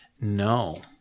No